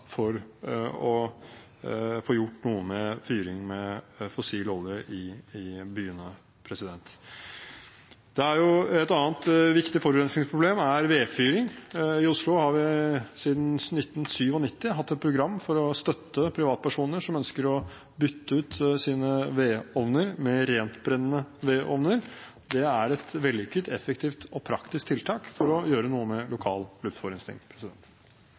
for å få gjort noe med fyring med fossil olje i byene. Et annet viktig forurensningsproblem er vedfyring. I Oslo har vi siden 1997 hatt et program for å støtte privatpersoner som ønsker å bytte ut sine vedovner med rentbrennende vedovner. Det er et vellykket, effektivt og praktisk tiltak for å gjøre noe med lokal